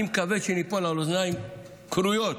אני מקווה שניפול על אוזניים כרויות,